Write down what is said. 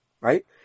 right